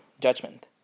judgment